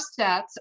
stats